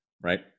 right